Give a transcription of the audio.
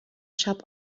shop